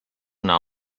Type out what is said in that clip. una